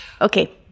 Okay